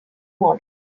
model